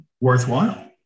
worthwhile